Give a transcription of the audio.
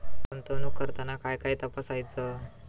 गुंतवणूक करताना काय काय तपासायच?